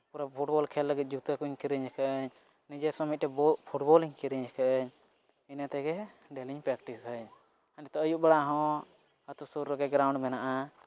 ᱯᱩᱨᱟᱹ ᱯᱷᱩᱴᱵᱚᱞ ᱠᱷᱮᱞ ᱞᱟᱹᱜᱤᱫ ᱡᱩᱛᱟᱹᱠᱚᱧ ᱠᱤᱨᱤᱧ ᱠᱟᱜ ᱟᱹᱧ ᱱᱤᱡᱮᱥᱥᱚ ᱢᱤᱫᱴᱟᱝ ᱵᱚᱞ ᱯᱷᱩᱴᱵᱚᱞᱤᱧ ᱠᱤᱨᱤᱧ ᱟᱠᱟᱫ ᱟᱹᱧ ᱤᱱᱟᱹᱛᱮᱜᱮ ᱰᱮᱞᱤᱧ ᱯᱨᱮᱠᱴᱤᱥᱟ ᱤᱧ ᱟᱨ ᱱᱤᱛᱳᱜ ᱟᱭᱩᱵ ᱵᱮᱲᱟ ᱦᱚᱸ ᱟᱛᱩ ᱥᱩᱨ ᱨᱮᱜᱮ ᱜᱨᱟᱣᱩᱸᱰ ᱢᱮᱱᱟᱜᱼᱟ